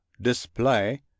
display